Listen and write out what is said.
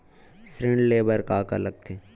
ऋण ले बर का का लगथे?